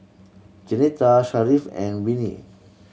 Jeanetta Sharif and Vinie